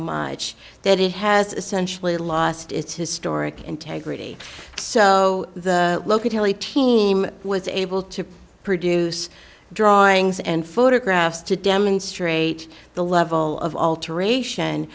much that it has essentially lost its historic integrity so the local telly team was able to produce drawings and photographs to demonstrate the level of alteration